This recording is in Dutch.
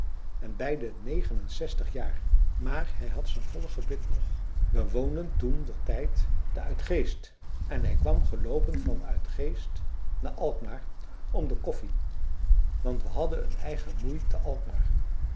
en bij de negenenzestig jaar maar hij had zijn volle gebit nog we woonden toen ter tijd te uitgeest en hij kwam geloopen van uitgeest na alkmaar om de koffie want we hadden een eigen moei te alkmaar